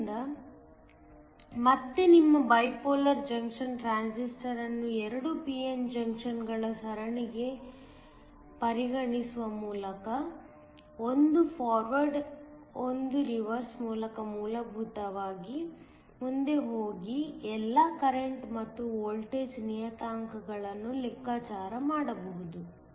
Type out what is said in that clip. ಆದ್ದರಿಂದ ಮತ್ತೆ ನಿಮ್ಮ ಬೈಪೋಲಾರ್ ಜಂಕ್ಷನ್ ಟ್ರಾನ್ಸಿಸ್ಟರ್ ಅನ್ನು ಎರಡು p n ಜಂಕ್ಷನ್ಗಳ ಸರಣಿಯಾಗಿ ಪರಿಗಣಿಸುವ ಮೂಲಕ ಒಂದು ಫಾರ್ವರ್ಡ್ ಒಂದು ರಿವರ್ಸ್ ಮೂಲಕ ಮೂಲಭೂತವಾಗಿ ಮುಂದೆ ಹೋಗಿ ಎಲ್ಲಾ ಕರೆಂಟ್ ಮತ್ತು ವೋಲ್ಟೇಜ್ ನಿಯತಾಂಕಗಳನ್ನು ಲೆಕ್ಕಾಚಾರ ಮಾಡಬಹುದು